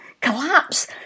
Collapse